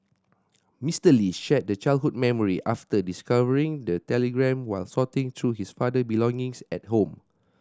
Mister Lee shared the childhood memory after discovering the telegram while sorting through his father belongings at home